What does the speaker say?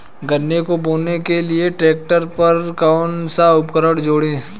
गन्ने को बोने के लिये ट्रैक्टर पर कौन सा उपकरण जोड़ें?